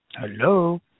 Hello